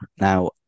Now